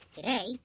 Today